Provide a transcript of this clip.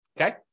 Okay